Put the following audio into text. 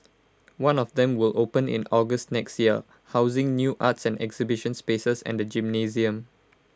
one of them will open in August next year housing new arts and exhibition spaces and A gymnasium